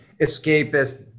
escapist